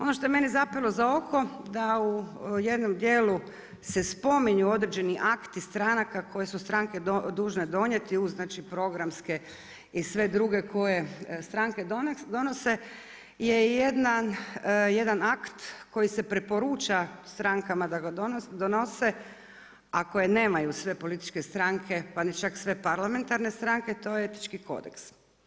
Ono što je meni zapelo za oko, da u jednom dijelu se spominju određeni akti stranaka, koje su stranke dužen donijeti, uz znači programske i sve druge koje stranke donose je jedan akt koji se preporuča strankama da ga donose, a koje nemaju sve političke stranke pa ni čak sve parlamentarne stranke, to je Etički kodeks.